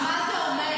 אז מה זה אומר?